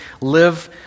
live